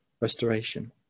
restoration